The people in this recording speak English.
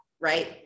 right